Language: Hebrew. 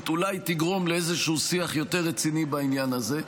אולי תגרום לאיזשהו שיח יותר רציני בעניין הזה.